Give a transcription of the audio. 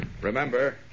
Remember